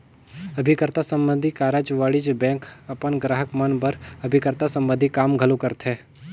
अभिकर्ता संबंधी कारज वाणिज्य बेंक अपन गराहक मन बर अभिकर्ता संबंधी काम घलो करथे